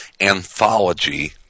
anthology